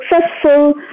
successful